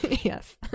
Yes